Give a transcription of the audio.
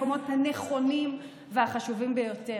כל הכספים מפוקחים ומגיעים למקומות הנכונים והחשובים ביותר.